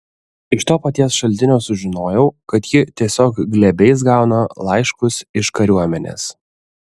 iš to paties šaltinio sužinojau kad ji tiesiog glėbiais gauna laiškus iš kariuomenės